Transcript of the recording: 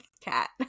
cat